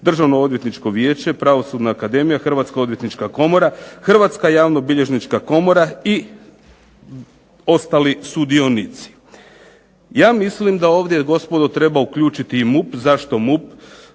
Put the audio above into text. Državno-odvjetničko vijeće, Pravosudna akademija, Hrvatska odvjetnička komora, Hrvatska javnobilježnička komora i ostali sudionici. Ja mislim da ovdje gospodo treba uključiti i MUP, zašto MUP,